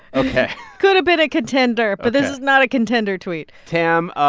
ok could've been a contender, but this is not a contender tweet tam,